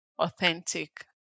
authentic